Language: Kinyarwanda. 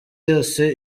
yose